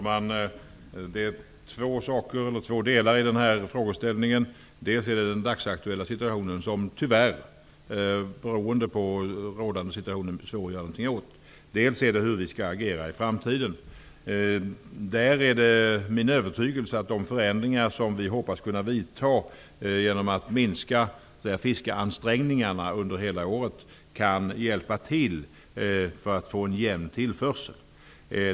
Fru talman! Det finns två delar i denna frågeställning. Det gäller dels den dagsaktuella situationen som tyvärr är svår att göra någonting åt, beroende på rådande situation, dels hur vi skall agera i framtiden. Det är min övertygelse att de förändringar vi hoppas kunna vidta genom att så att säga minska fiskeansträngningarna under hela året kan hjälpa till för att åstadkomma en jämn tillförsel.